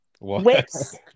Whips